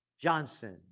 Johnson